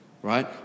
Right